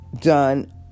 done